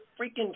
freaking